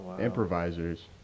improvisers